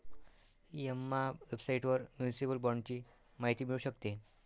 Emma वेबसाइटवर municipal बाँडची माहिती मिळू शकते